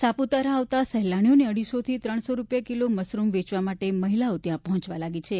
સાપુતારા આવતા સહેલાણીઓને અઢીસોથી ત્રણસો રૂપિયા કિલો મશરૂમ વેચવા માટે મહિલાઓ ત્યાં પહોંચવા લાગી છે